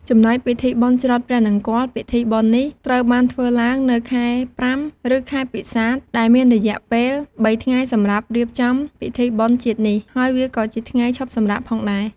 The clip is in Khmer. ចំណែកពីធីបុណ្យច្រត់ព្រះនង្គ័ល ពិធីបុណ្យនេះត្រូវបានធ្វើឡើងនៅខែ៥ ឬខែពិសាខ ដែលមានរយៈពេល ៣ថ្ងៃសម្រាប់រៀបចំពិធីបុណ្យជាតិនេះ ហើយវាក៏ជាថ្ងៃឈប់សម្រាកផងដែរ ។